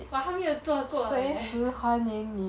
我还没有坐过 leh